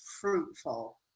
fruitful